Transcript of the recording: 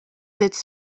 its